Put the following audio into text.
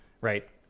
right